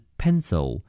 pencil